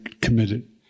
committed